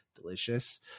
delicious